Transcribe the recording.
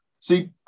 See